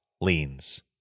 leans